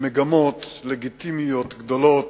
מגמות לגיטימיות גדולות: